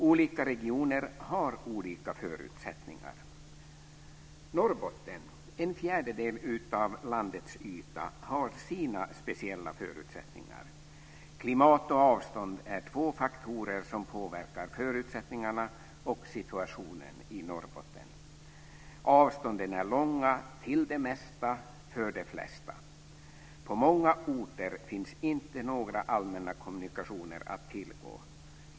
Olika regioner har olika förutsättningar. Norrbotten, som upptar en fjärdedel av landets yta, har sina speciella förutsättningar. Klimat och avstånd är två faktorer som påverkar förutsättningarna och situationen. Avstånden är långa till det mesta för de flesta. På många orter finns inte några allmänna kommunikationer att tillgå.